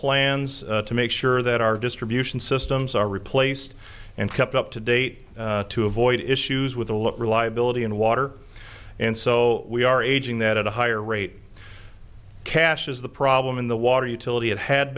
plans to make sure that our distribution systems are replaced and kept up to date to avoid issues with the reliability in water and so we are ageing that at a higher rate cash is the problem in the water utility it had